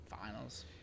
finals